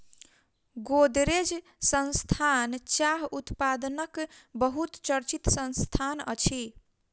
गोदरेज संस्थान चाह उत्पादनक बहुत चर्चित संस्थान अछि